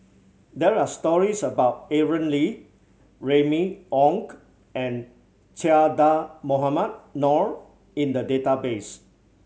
there are stories about Aaron Lee Remy Ong and Che Dah Mohamed Noor in the database